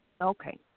Okay